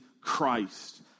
Christ